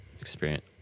experience